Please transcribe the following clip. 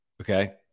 Okay